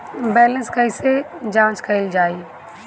Balance कइसे जांच कइल जाइ?